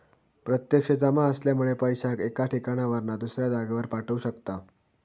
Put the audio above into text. प्रत्यक्ष जमा असल्यामुळे पैशाक एका ठिकाणावरना दुसऱ्या जागेर पाठवू शकताव